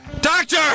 doctor